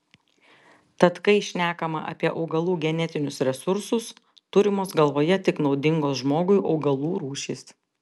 tad kai šnekama apie augalų genetinius resursus turimos galvoje tik naudingos žmogui augalų rūšys